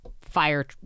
fire